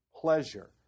pleasure